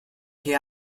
che